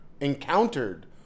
encountered